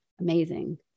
Amazing